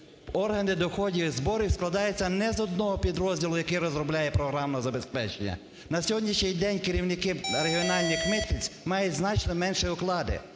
Органи доходів і зборів складаються не з одного підрозділу, який розробляє програмне забезпечення. На сьогоднішній день керівників регіональних митниць мають значно менші оклади,